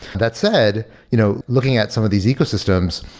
that said, you know looking at some of these ecosystems,